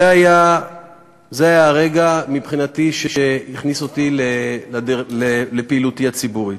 זה היה הרגע מבחינתי שהכניס אותי לפעילות ציבור.